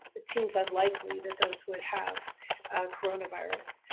it seems unlikely that those would have coronavirus.